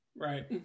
Right